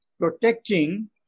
protecting